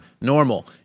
normal